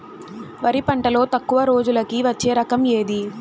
వరి పంటలో తక్కువ రోజులకి వచ్చే రకం ఏది?